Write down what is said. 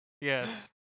Yes